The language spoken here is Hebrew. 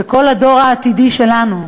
וכל דור העתיד שלנו,